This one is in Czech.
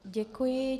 Děkuji.